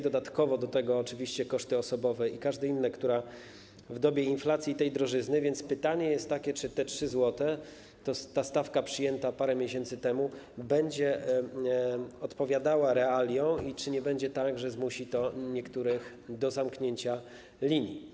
Dodatkowo do tego dochodzą oczywiście koszty osobowe i każde inne w dobie inflacji, tej drożyzny, więc pytanie jest takie, czy te 3 zł, ta stawka przyjęta parę miesięcy temu będzie odpowiadała realiom i czy nie będzie tak, że zmusi to niektórych do zamknięcia linii.